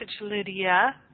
Lydia